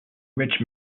rich